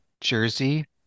Jersey